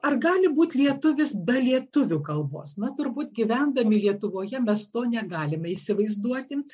ar gali būti lietuvis be lietuvių kalbos na turbūt gyvendami lietuvoje mes to negalime įsivaizduoti